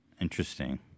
Interesting